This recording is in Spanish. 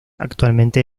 actualmente